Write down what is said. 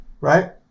right